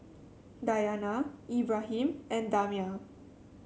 Dayana Ibrahim and Damia